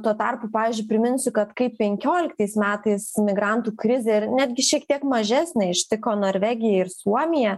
tuo tarpu pavyzdžiui priminsiu kad kaip penkioliktais metais migrantų krizė ir netgi šiek tiek mažesnė ištiko norvegiją ir suomiją